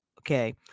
Okay